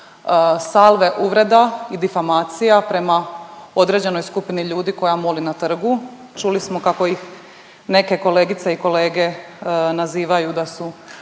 salve uvreda i difamacija prema određenoj skupini ljudi koja moli na trgu? Čuli smo kako ih neke kolegice i kolege nazivaju, da su